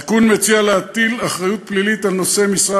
התיקון מציע להטיל אחריות פלילית על נושא משרה